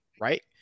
right